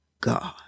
God